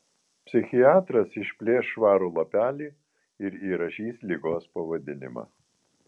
psichiatras išplėš švarų lapelį ir įrašys ligos pavadinimą